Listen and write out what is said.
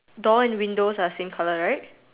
door and windows are same colour right